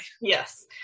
yes